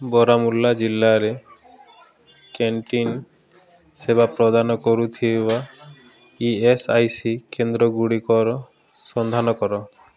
ବାରମୁଲ୍ଲା ଜିଲ୍ଲାରେ କ୍ୟାଣ୍ଟିନ୍ ସେବା ପ୍ରଦାନ କରୁଥିବା ଇ ଏସ୍ ଆଇ ସି କେନ୍ଦ୍ରଗୁଡ଼ିକର ସନ୍ଧାନ କର